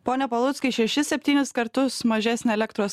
pone paluckai šešis septynis kartus mažesnė elektros